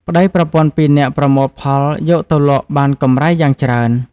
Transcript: ប្តីប្រពន្ធពីរនាក់ប្រមូលផលយកទៅលក់បានកំរៃយ៉ាងច្រើន ។